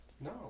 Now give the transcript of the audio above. No